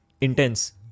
intense